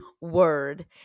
Word